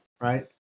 right